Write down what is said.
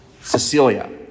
Cecilia